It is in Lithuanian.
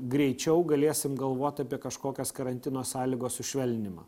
greičiau galėsim galvot apie kažkokias karantino sąlygos sušvelninimą